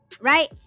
Right